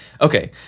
Okay